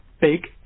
big